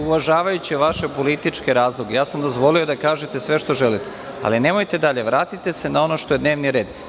Uvažavajući vaše političke razloge, dozvolio sam da kažete sve što želite, ali nemojte dalje, vratite se na ono što je dnevni red.